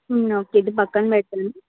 okay ఇది పక్కన పెడుతున్నాను